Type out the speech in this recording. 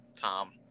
Tom